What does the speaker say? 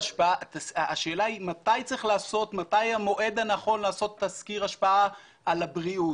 השאלה היא מתי המועד הנכון לעשות תסקיר השפעה על הבריאות,